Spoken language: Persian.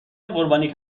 قربانی